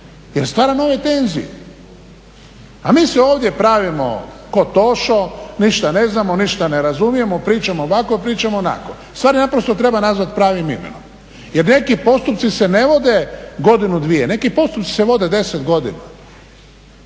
jer stvar nove tenzije. A mi se ovdje pravimo ko Tošo, ništa ne znamo, ništa ne razumijemo, pričamo ovako, pričamo onako. Stvari naprosto treba nazvati pravim imenom. Jer neki postupci se ne vode godinu, dvije. Neki postupci se vode 10 godina.